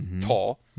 tall